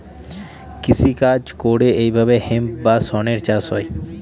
কৃষি কাজ করে এইভাবে হেম্প বা শনের চাষ হয়